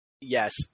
yes